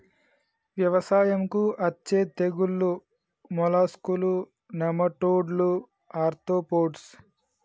వ్యవసాయంకు అచ్చే తెగుల్లు మోలస్కులు, నెమటోడ్లు, ఆర్తోపోడ్స్